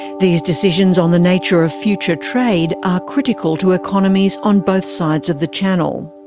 these decisions on the nature of future trade are critical to economies on both sides of the channel.